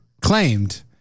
claimed